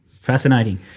fascinating